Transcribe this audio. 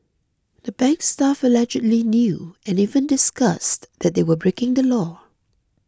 the bank's staff allegedly knew and even discussed that they were breaking the law